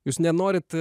jūs nenorit